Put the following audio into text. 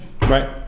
Right